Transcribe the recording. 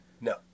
No